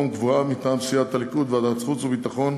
קבועה מטעם סיעת הליכוד בוועדת החוץ והביטחון,